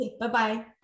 Bye-bye